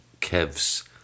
Kev's